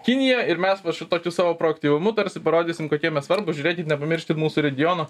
kiniją ir mes va su tokiu savo proaktyvumu tarsi parodysim kokie mes svarbūs žiūrėkit nepamirškit mūsų regiono